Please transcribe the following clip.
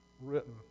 written